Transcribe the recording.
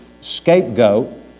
scapegoat